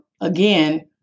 again